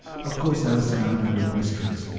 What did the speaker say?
of course i was surrounded with mysteries,